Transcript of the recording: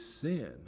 sin